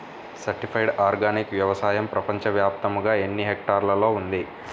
Certified organic వ్యవసాయం ప్రపంచ వ్యాప్తముగా ఎన్నిహెక్టర్లలో ఉంది?